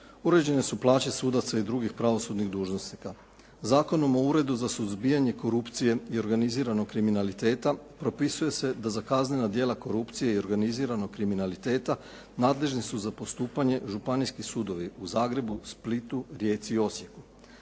uređene su plaće sudaca i drugih pravosudnih dužnosnika. Zakonom o uredu za suzbijanje korupcije i organiziranog kriminaliteta, propisuje se da za kaznena djela korupcije i organiziranog kriminaliteta nadležni su za postupanje županijski sudovi u Zagrebu, Splitu, Rijeci i Osijeku.